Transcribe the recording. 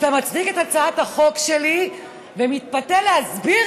שאתה מצדיק את הצעת החוק שלי ומתפתל להסביר